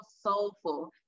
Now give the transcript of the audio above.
soulful